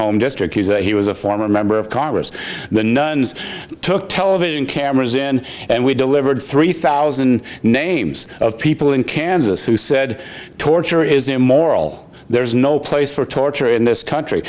home district he was a former member of congress the nuns took television cameras in and we delivered three thousand names of people in kansas who said torture is immoral there's no place for torture in this country